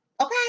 Okay